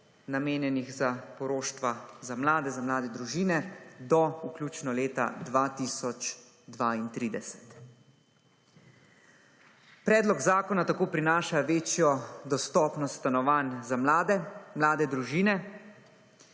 namenjenih za poroštva za mlade, za mlade družine do vključno leta 2032. Predlog zakona tako prinaša večjo dostopnost stanovanj za mlade, mlade družine